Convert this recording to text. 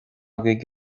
agaibh